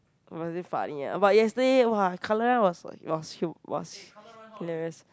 was it funny ah but yesterday !wah! colour run was was hu~ was hilarious